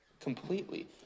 completely